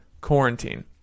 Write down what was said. quarantine